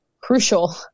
crucial